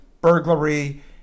burglary